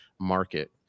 market